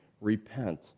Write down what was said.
Repent